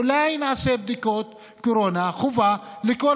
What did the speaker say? אולי נעשה בדיקות קורונה חובה לכל